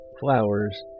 flowers